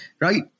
right